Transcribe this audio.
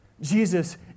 jesus